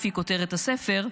לפי כותרת הספר,